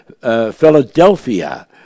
Philadelphia